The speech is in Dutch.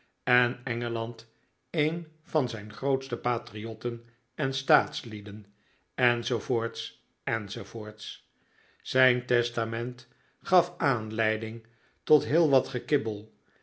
en engeland een van zijn grootste patriotten en staatslieden enz enz zijn testament gaf aanlejding tot heel wat gekibbel